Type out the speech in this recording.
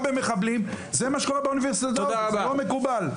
במחבלים זה מה שקורה באוניברסיטאות וזה לא מקובל.